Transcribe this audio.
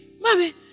mommy